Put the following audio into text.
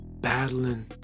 battling